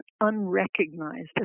unrecognized